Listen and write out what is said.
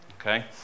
Okay